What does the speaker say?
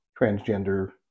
transgender